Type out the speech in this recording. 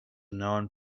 non